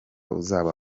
uzaba